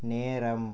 நேரம்